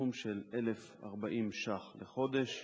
בסכום של 1,040 ש"ח לחודש,